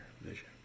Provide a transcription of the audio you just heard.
vision